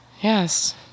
Yes